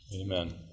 Amen